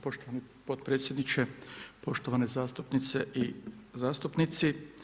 Poštovani potpredsjedniče, poštovane zastupnice i zastupnici.